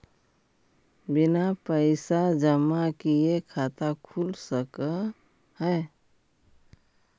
बिना पैसा जमा किए खाता खुल सक है?